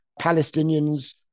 Palestinians